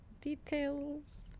details